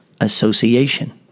Association